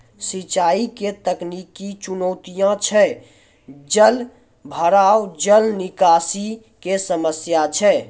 सिंचाई के तकनीकी चुनौतियां छै जलभराव, जल निकासी के समस्या छै